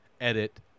edit